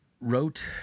Wrote